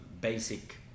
basic